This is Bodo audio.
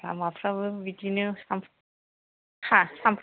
लामाफोराबो बिदिनो थासाम